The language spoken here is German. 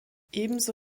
ebenso